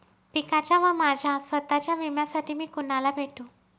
पिकाच्या व माझ्या स्वत:च्या विम्यासाठी मी कुणाला भेटू?